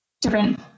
different